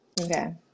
Okay